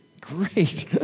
Great